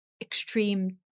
extreme